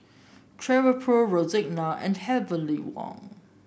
Travelpro Rexona and Heavenly Wang